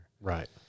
Right